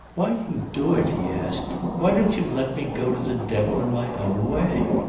why do you do it? he asked. why don't you let me go to the devil in my own way?